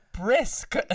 brisk